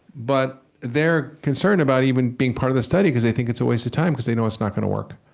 but they're concerned about even being part of the study because they think it's a waste of time, because they know it's not going to work.